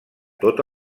tot